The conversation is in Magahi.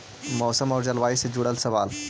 मौसम और जलवायु से जुड़ल सवाल?